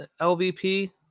LVP